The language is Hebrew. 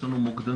יש לנו מוקדנית,